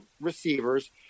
receivers